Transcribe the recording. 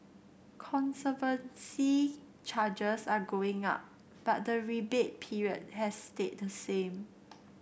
conservancy charges are going up but the rebate period has stayed the same